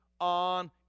on